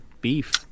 beef